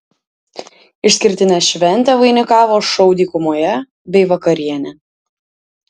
išskirtinę šventę vainikavo šou dykumoje bei vakarienė